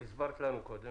אני